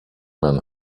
man